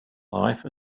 life